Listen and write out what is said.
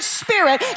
spirit